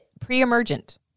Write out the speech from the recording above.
Pre-emergent